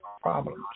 problems